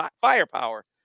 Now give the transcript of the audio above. firepower